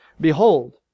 behold